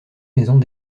maisons